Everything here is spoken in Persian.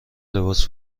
لباس